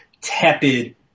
tepid